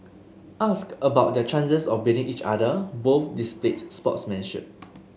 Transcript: asked about their chances of beating each other both displayed sportsmanship